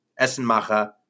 Essenmacher